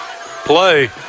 play